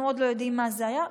אנחנו עוד לא יודעים מה זה היה,